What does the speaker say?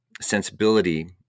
sensibility